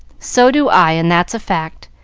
so do i, and that's a fact.